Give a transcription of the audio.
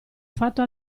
fatto